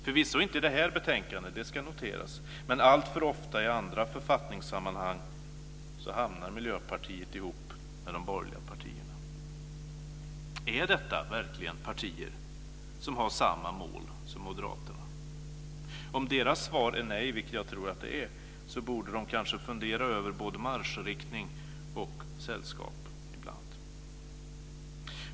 Förvisso inte i det här betänkandet - det ska noteras - men alltför ofta i andra författningssammanhang hamnar Miljöpartiet ihop med de borgerliga partierna. Är detta verkligen partier som har samma mål som Moderaterna? Om deras svar är nej, vilket jag tror, så borde de kanske fundera över både marschriktning och sällskap ibland.